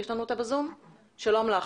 שלום לך.